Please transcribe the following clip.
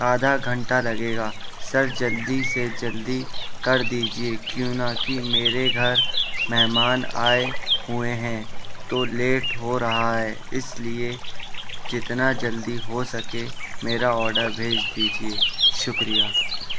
آدھا گھنٹہ لگے گا سر جلدی سے جلدی کردیجیے کیوں نا کہ میرے گھر مہمان آئے ہوئے ہیں تو لیٹ ہو رہا ہے اس لیے جتنا جلدی ہو سکے میرا اوڈر بھیج دیجیے شکریہ